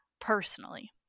personally